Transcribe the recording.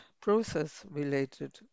process-related